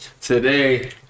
today